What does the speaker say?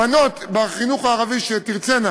בנות בחינוך הערבי שתרצינה